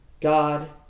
God